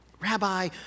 Rabbi